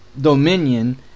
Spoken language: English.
dominion